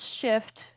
shift